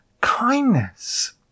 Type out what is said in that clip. kindness